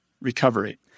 Recovery